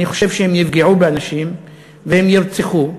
אני חושב שהם יפגעו באנשים והם ירצחו.